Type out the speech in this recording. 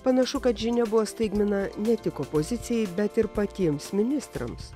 panašu kad žinia buvo staigmena ne tik opozicijai bet ir patiems ministrams